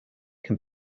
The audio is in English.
can